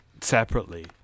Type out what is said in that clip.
separately